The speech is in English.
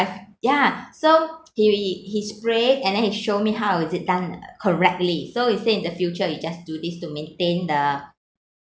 I've ya so he he spray and then he showed me how is it done correctly so he say in the future you just do this to maintain the